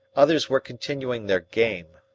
others were continuing their game.